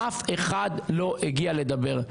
אף אחד לא הגיע לדבר.